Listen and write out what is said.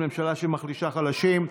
ממשלה שמחלישה חלשים.